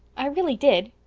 i really did.